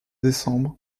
décembre